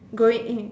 going in